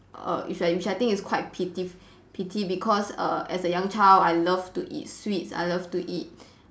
err is like which I think it's quite pitif~ pity because err as a young child I love to eat sweets I love to eat